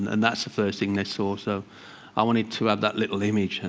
and that's the first thing they sort of i wanted to have that little image.